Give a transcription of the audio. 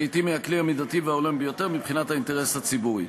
שלעתים היא הכלי המידתי וההולם ביותר מבחינת האינטרס הציבורי.